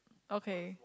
okay